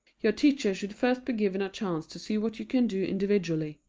your teacher should first be given a chance to see what you can do individually.